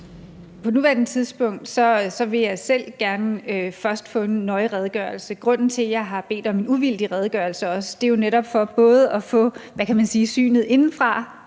På nuværende tidspunkt vil jeg godt først få en nøje redegørelse. Grunden til, at jeg også har bedt om en uvildig redegørelse, er jo netop i forhold til både,